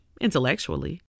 intellectually